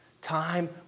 Time